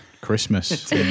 Christmas